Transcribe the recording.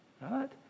Right